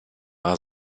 wahr